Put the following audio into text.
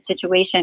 situation